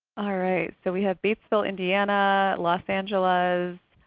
all right so we have batesville, indiana, los angeles,